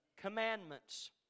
Commandments